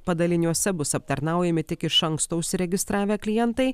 padaliniuose bus aptarnaujami tik iš anksto užsiregistravę klientai